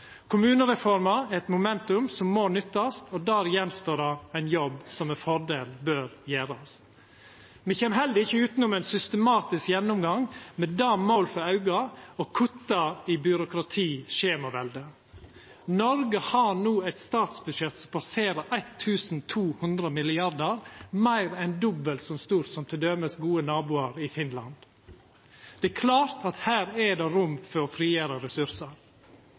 Kommunereforma er eit moment som må verta nytta, og der står det att ein jobb som med fordel bør gjerast. Me kjem heller ikkje utanom ein systematisk gjennomgang, med det målet for auga å kutta i byråkratiet og skjemaveldet. Noreg har no eit statsbudsjett som passerer 1 200 mrd. kr – meir enn dobbelt så stort som det er t.d. hos gode naboar i Finland. Det er klart at her er det rom for å frigjera ressursar.